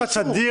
השופטת בייניש,